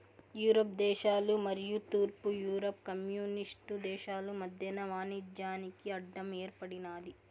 Europe దేశాలు మరియు తూర్పు యూరప్ కమ్యూనిస్టు దేశాలు మధ్యన వాణిజ్యానికి అడ్డం ఏర్పడినాది